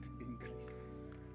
increase